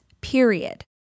period